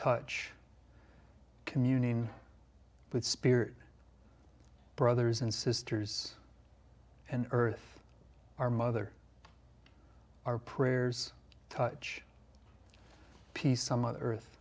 touch communing with spirit brothers and sisters and earth our mother our prayers touch peace